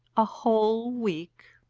a whole week!